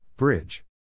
Bridge